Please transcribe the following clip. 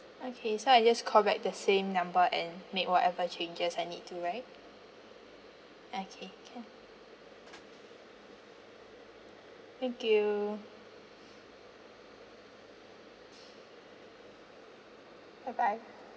okay so I just call back the same number and make whatever changes I need to right okay can thank you bye bye